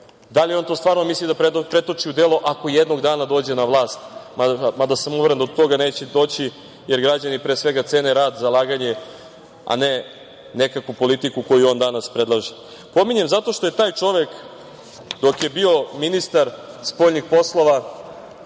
da li on to stvarno misli da pretoči u delo ako jednog dana dođe na vlast, mada sam uveren da do toga neće doći, jer građani, pre svega, cene rad, zalaganje, a ne nekakvu politiku koju on danas predlaže, pominjem zato što je taj čovek dok je bio ministar spoljnih poslova,